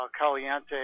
Caliente